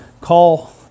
call